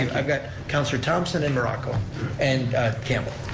i've got councilor thomson and morocco and campbell.